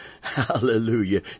Hallelujah